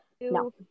No